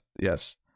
yes